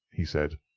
he said.